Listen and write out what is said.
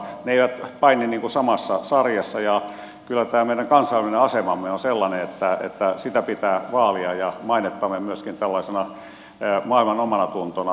ne eivät paini samassa sarjassa ja kyllä tämä meidän kansainvälinen asemamme on sellainen että pitää vaalia sitä ja mainettamme myöskin tällaisena maailman omanatuntona